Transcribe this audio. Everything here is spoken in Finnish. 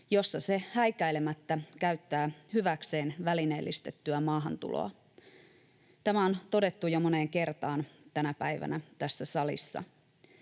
jossa se häikäilemättä käyttää hyväkseen välineellistettyä maahantuloa. Tämä on todettu jo moneen kertaan tänä päivänä tässä salissa.